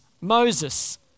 Moses